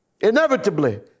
inevitably